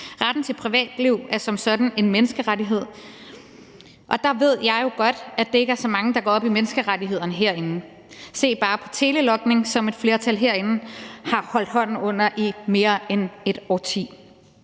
Retten til privatliv er som sådan en menneskerettighed. Jeg ved jo godt, at der ikke er så mange herinde, der går op i menneskerettighederne. Se bare på telelogning, som et flertal herinde har holdt hånden under i mere end et årti.